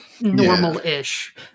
Normal-ish